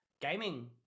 gaming